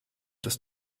des